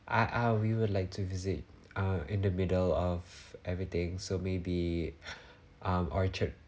ah ah our we would like to visit uh in the middle of everything so maybe um orchard